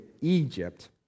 Egypt